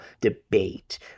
debate